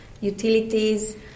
utilities